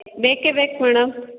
ಬೇಕೇ ಬೇಕು ಮೇಡಮ್